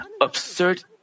absurd